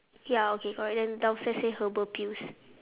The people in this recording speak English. ya okay correct then downstairs say herbal pills